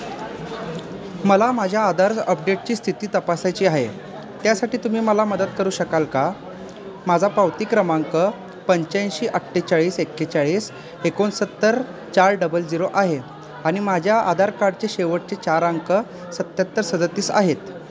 मला माझ्या आधार अपडेटची स्थिती तपासायची आहे त्यासाठी तुम्ही मला मदत करू शकाल का माझा पावती क्रमांक पंच्याऐंशी अठ्ठेचाळीस एकेचाळीस एकोणसत्तर चार डबल झिरो आहे आणि माझ्या आधार कार्डचे शेवटचे चार अंक सत्त्याहत्तर सदतीस आहेत